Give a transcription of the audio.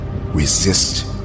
Resist